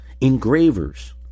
Engravers